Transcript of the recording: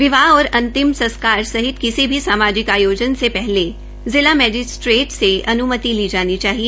विवाह और अंतिम संस्कार सहित किसी भी सामाजिक आयोजन से पहले जिला मैजिस्ट्रेट से अन्मति ली जानी चाहिए